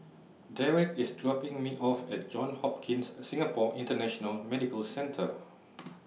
Derrek IS dropping Me off At Johns Hopkins Singapore International Medical Centre